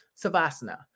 Savasana